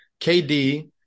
KD